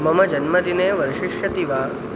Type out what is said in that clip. मम जन्मदिने वर्षिष्यति वा